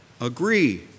agree